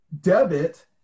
Debit